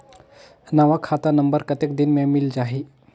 नवा खाता नंबर कतेक दिन मे मिल जाही?